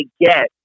get